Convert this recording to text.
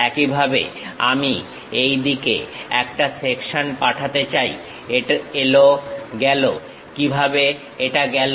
একইভাবে আমি এইদিকে একটা সেকশন পাঠাতে চাই এল গেল কিভাবে এটা গেল